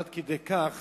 עד כדי כך